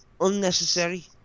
unnecessary